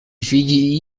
figli